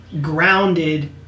grounded